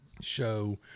show